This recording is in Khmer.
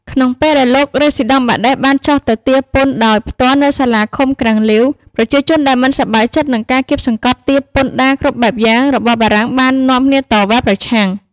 ក្នុងពេលដែលលោករេស៊ីដង់បាដេស បានចុះទៅទារពន្ធដោយផ្ទាល់នៅសាលាឃុំក្រាំងលាវ ប្រជាជនដែលមិនសប្បាយចិត្តនឹងការគាបសង្កត់ទារពន្ធដារគ្រប់បែបយ៉ាងរបស់បារាំងបាននាំគ្នាតវ៉ាប្រឆាំង។